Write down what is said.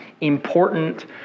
important